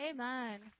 Amen